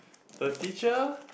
the teacher